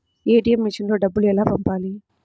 ATM మెషిన్లో డబ్బులు ఎలా పంపాలి?